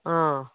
ꯑꯥ